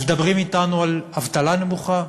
אז מדברים אתנו על אבטלה נמוכה,